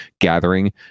gathering